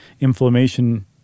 inflammation